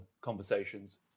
conversations